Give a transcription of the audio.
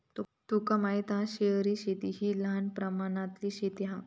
तुका माहित हा शहरी शेती हि लहान प्रमाणातली शेती हा